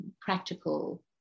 practical